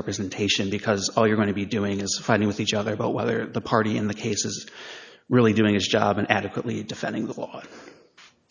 representation because all you're going to be doing is fighting with each other about whether the party in the case is really doing its job and adequately defending the law